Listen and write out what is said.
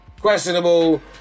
Questionable